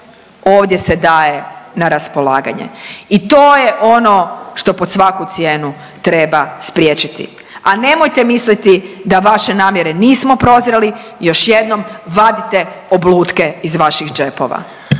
ovdje se daje na raspolaganje i to je ono što pod svaku cijenu treba spriječiti, a nemojte misliti da vaše namjere nismo prozreli, još jednom vadite oblutke iz vaših džepova.